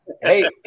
Hey